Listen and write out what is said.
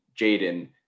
Jaden